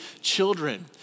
children